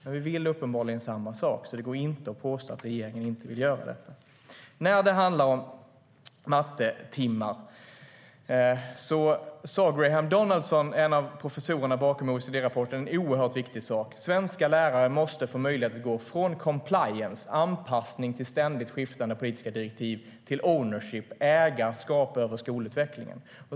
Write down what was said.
Men vi vill uppenbarligen samma sak, så det går inte att påstå att regeringen inte vill göra detta. När det handlar om antalet mattetimmar sa Graham Donaldsson, en av professorerna bakom OECD-rapporten, en oerhört viktig sak: Svenska lärare måste få möjlighet att gå från compliance, anpassning till ständigt skiftande politiska direktiv, till ownership, ägarskap, över skolutvecklingen.